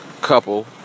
couple